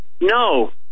no